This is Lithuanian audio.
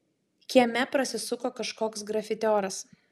kieme prasisuko kažkoks grafitioras